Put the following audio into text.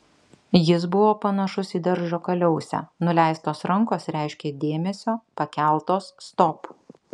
jis buvo panašus į daržo kaliausę nuleistos rankos reiškė dėmesio pakeltos stop